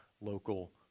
local